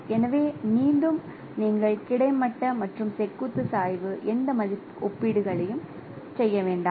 எனவே மீண்டும் நீங்கள் கிடைமட்ட மற்றும் செங்குத்து சாய்வு எந்த ஒப்பீடுகளையும் செய்ய வேண்டாம்